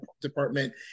department